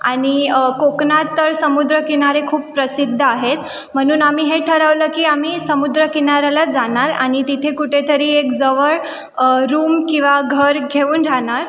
आणि कोकणात तर समुद्र किनारे खूप प्रसिद्ध आहे म्हणून आम्ही हे ठरवलं की आम्ही समुद्र किनाऱ्याला जाणार आणि तिथे कुठेतरी एक जवळ रूम किंवा घर घेऊन राहणार